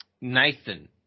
Nathan